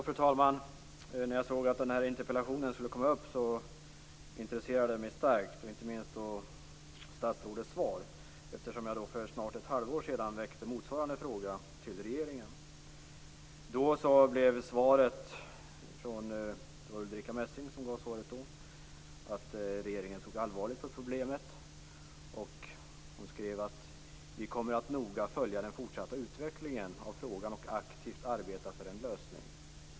Fru talman! När jag såg att den här interpellationen skulle komma upp blev jag mycket intresserad. Inte minst intresserade mig statsrådets svar. Jag har nämligen själv för snart ett halvår sedan riktat en motsvarande fråga till regeringen. Då blev svaret från Ulrica Messing att regeringen såg allvarligt på problemet. I det skriftliga svaret stod det: Vi kommer att noga följa den fortsatta utvecklingen av frågan och aktivt arbeta för en lösning.